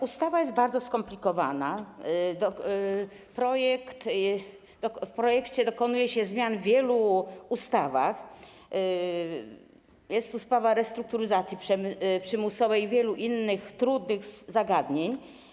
Ustawa jest bardzo skomplikowana, w projekcie dokonuje się zmian w wielu ustawach, jest tu sprawa restrukturyzacji przymusowej i wielu innych, trudnych zagadnień.